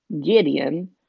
Gideon